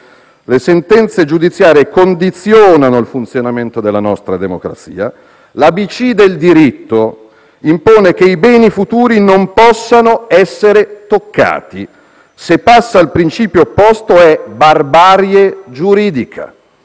«Le sentenze giudiziarie condizionano il funzionamento della nostra democrazia» e «L'abc del diritto impone che i beni futuri non possano essere toccati: se passa il principio opposto, è barbarie giuridica».